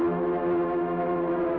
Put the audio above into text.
no